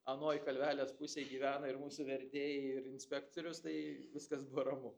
anoj kalvelės pusėj gyvena ir mūsų vertėjai ir inspektorius tai viskas buvo